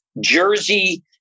jersey